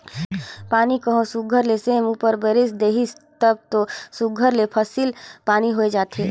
पानी कहों सुग्घर ले समे उपर बरेस देहिस तब दो सुघर ले फसिल पानी होए जाथे